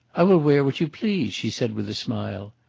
i will wear what you please, she said, with a smile.